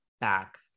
back